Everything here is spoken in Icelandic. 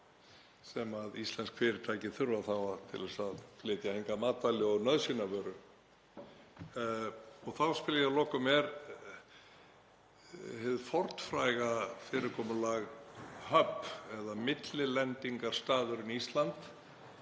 sem íslensk fyrirtæki þurfa þá til að flytja hingað matvæli og nauðsynjavöru? Og þá spyr ég að lokum: Er hið fornfræga fyrirkomulag „hub“ eða millilendingarstaðurinn Ísland